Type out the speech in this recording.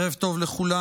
ערב טוב לכולם.